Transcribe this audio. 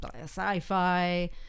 sci-fi